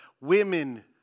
women